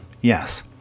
Yes